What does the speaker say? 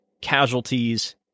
casualties